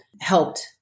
helped